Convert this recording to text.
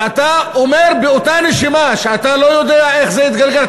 ואתה אומר באותה נשימה שאתה לא יודע איך זה יתגלגל.